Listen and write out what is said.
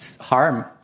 harm